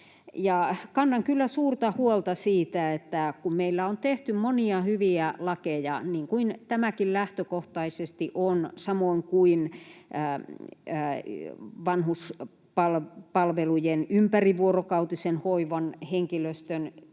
Kannan kyllä suurta huolta siitä, että kun meillä on tehty monia hyviä lakeja, niin kuin tämäkin lähtökohtaisesti on, samoin kuin vanhuspalvelujen ympärivuorokautisen hoivan henkilöstön